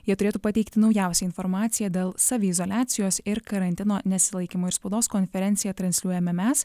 jie turėtų pateikti naujausią informaciją dėl saviizoliacijos ir karantino nesilaikymo ir spaudos konferenciją transliuojame mes